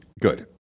Good